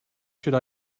should